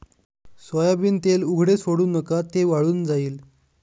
soybean तेल उघडे सोडू नका, ते वाळून जाईल